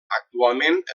actualment